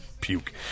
puke